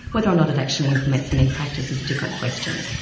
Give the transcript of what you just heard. whether or not it actually implements them in practice is a different question.